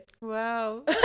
Wow